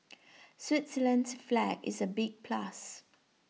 Switzerland's flag is a big plus